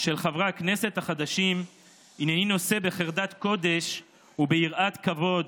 של חברי הכנסת החדשים הינני נושא בחרדת קודש וביראת כבוד